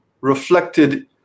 reflected